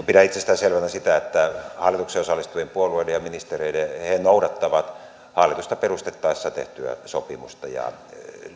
pidän itsestäänselvänä sitä että hallitukseen osallistuvat puolueet ja ministerit noudattavat hallitusta perustettaessa tehtyä sopimusta ja